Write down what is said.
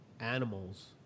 animals